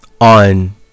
on